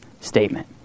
statement